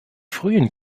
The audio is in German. frühen